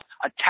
attack